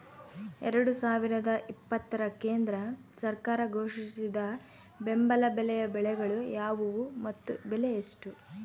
ಎರಡು ಸಾವಿರದ ಇಪ್ಪತ್ತರ ಕೇಂದ್ರ ಸರ್ಕಾರ ಘೋಷಿಸಿದ ಬೆಂಬಲ ಬೆಲೆಯ ಬೆಳೆಗಳು ಯಾವುವು ಮತ್ತು ಬೆಲೆ ಎಷ್ಟು?